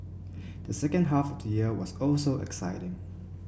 the second half of the year was also exciting